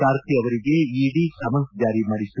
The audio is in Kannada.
ಕಾರ್ತಿ ಅವರಿಗೆ ಇಡಿ ಸಮನ್ನ್ ಜಾರಿ ಮಾಡಿತ್ತು